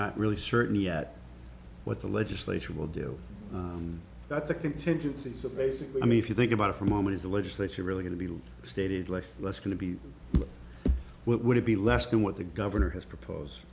not really certain yet what the legislature will do and that's a contingency so basically i mean if you think about it for a moment is the legislature really going to be stated lest less going to be what would it be less than what the governor has propose